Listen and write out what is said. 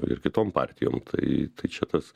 ir kitom partijom tai tai čia tas